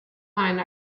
line